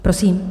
Prosím.